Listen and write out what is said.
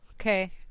okay